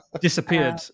Disappeared